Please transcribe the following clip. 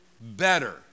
better